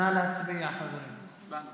נא להצביע, חברים.